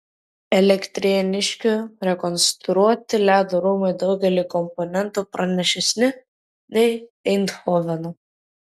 elektrėniškių rekonstruoti ledo rūmai daugeliu komponentų pranašesni nei eindhoveno